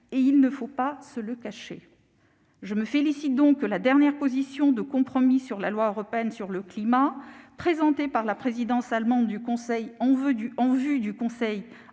; il ne faut pas se le cacher. Je me félicite donc de ce que la dernière position de compromis sur la loi européenne sur le climat, présentée par la présidence allemande en vue du Conseil «